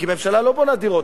כי הממשלה לא בונה דירות,